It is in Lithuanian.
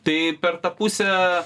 tai per tą pusę